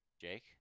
Jake